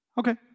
Okay